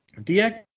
DX